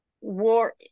war